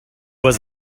was